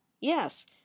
Yes